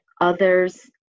others